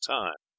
time